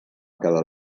quedar